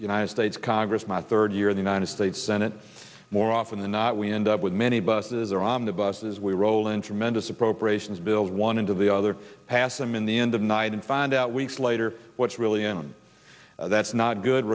united states congress my third year in the united states senate more often than not we end up with many buses are on the buses we roll in tremendous appropriations bills one into the other pass a min the end of night and find out weeks later what's really and that's not good